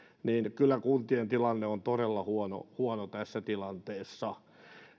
niin kyllä kuntien tilanne on todella huono huono tässä tilanteessa